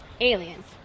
Aliens